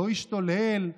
לא השתולל,